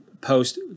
post